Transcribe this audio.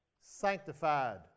sanctified